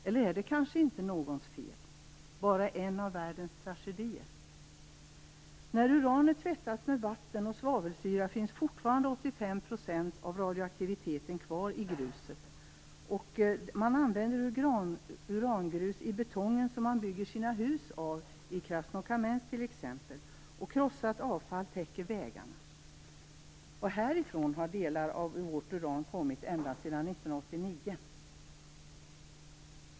Eller är det kanske inte någons fel, utan bara en av världens tragedier? När uranet har tvättats med vatten och svavelsyra finns fortfarande 85 % av radioaktiviteten kvar i gruset. Man använder urangrus i den betong som man bygger sina hus av i t.ex. Krasnokamensk, och krossat avfall täcker vägarna. Härifrån har delar av vårt uran kommit ända sedan 1989.